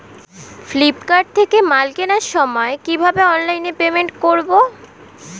Flipkart থেকে মাল কেনার সময় কিভাবে অনলাইনে পেমেন্ট করব?